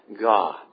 God